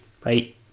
Bye